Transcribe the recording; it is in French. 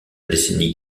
décennie